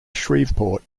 shreveport